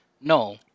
No